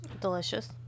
Delicious